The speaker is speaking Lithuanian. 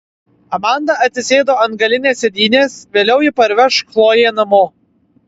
amanda atsisėdo ant galinės sėdynės vėliau ji parveš chloję namo